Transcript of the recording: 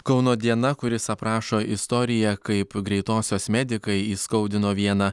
kauno diena kuris aprašo istoriją kaip greitosios medikai įskaudino vieną